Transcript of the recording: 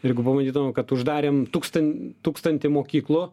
jeigu pamatytume kad uždarėm tūkstan tūkstantį mokyklų